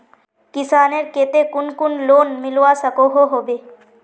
किसानेर केते कुन कुन लोन मिलवा सकोहो होबे?